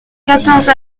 quatorze